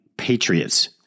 patriots